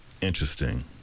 Interesting